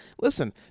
Listen